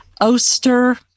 Oster